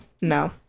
No